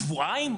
שבועיים?